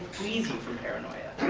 from paranoia.